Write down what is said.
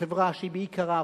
בחברה שהיא בעיקרה,